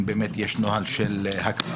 אם באמת יש נוהל של הקפאה,